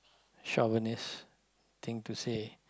chauvinist thing to say